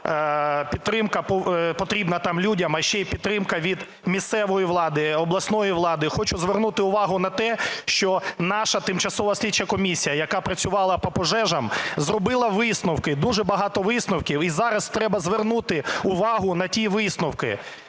підтримка потрібна там людям, а ще й підтримка від місцевої влади, обласної влади. Хочу звернути увагу на те, що наша Тимчасова слідча комісія, яка працювала по пожежам, зробила висновки, дуже багато висновків, і зараз треба звернути увагу на ті висновки